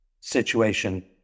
situation